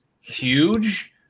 huge